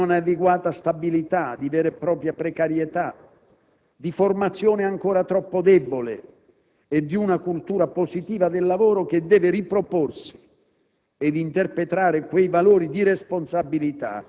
di insufficiente qualità del lavoro, di non adeguata stabilità, di vera e propria precarietà, di formazione ancora troppo debole e di una cultura positiva del lavoro che deve riproporsi